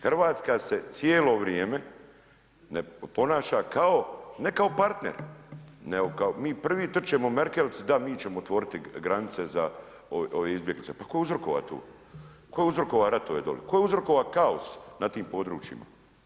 Hrvatska se cijelo vrijeme ponaša kao, ne kao partner nego kao mi prvi trčemo Merkelici da mi ćemo otvoriti granice za ove izbjeglice, pa ko je uzrokova tu, ko je uzrokova ratove doli, ko je uzrokova kaos na tim područjima.